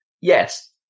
yes